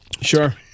Sure